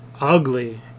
ugly